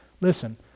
listen